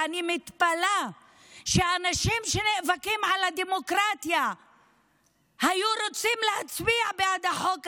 אני מתפלאת שאנשים שנאבקים על הדמוקרטיה רוצים להצביע בעד החוק הזה.